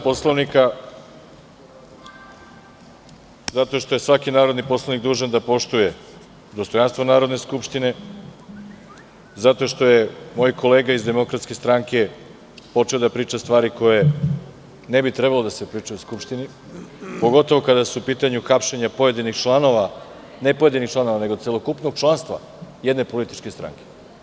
Poslovnika, zato što je svaki narodni poslanik dužan da poštuje dostojanstvo Narodne skupštine, zato što je moj kolega iz DS počeo da priča stvari koje ne bi trebalo da se pričaju u Skupštini, pogotovo kada su u pitanju hapšenja ne pojedinih članova, nego celokupnog članstva jedne političke stranke.